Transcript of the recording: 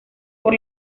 por